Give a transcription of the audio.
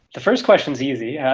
the first question is easy. yeah